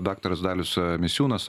daktaras dalius misiūnas